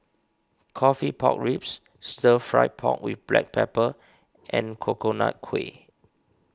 Coffee Pork Ribs Stir Fried Pork with Black Pepper and Coconut Kuih